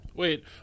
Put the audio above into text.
Wait